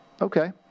Okay